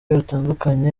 batandukanye